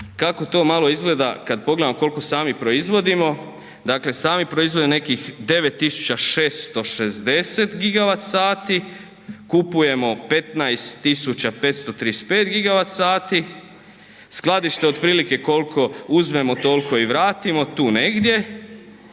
Kako to izgleda kada pogledamo koliko sami proizvodimo, dakle sami proizvodimo nekih 9.660 GWh, kupujemo 15,535 GWh, skladište otprilike koliko uzmemo toliko i vratimo, tu negdje